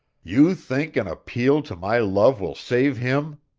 you think an appeal to my love will save him!